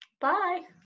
Bye